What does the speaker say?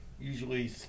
Usually